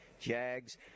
Jags